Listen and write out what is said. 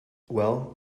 well